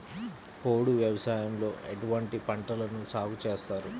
పోడు వ్యవసాయంలో ఎటువంటి పంటలను సాగుచేస్తారు?